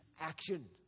action